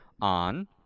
on